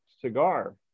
cigar